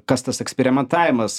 kas tas eksperimentavimas